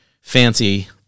fancy